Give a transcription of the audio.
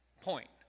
point